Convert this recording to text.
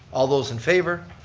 all those in favor.